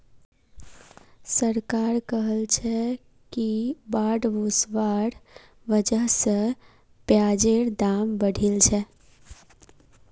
सरकार कहलछेक कि बाढ़ ओसवार वजह स प्याजेर दाम बढ़िलछेक